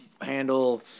handle –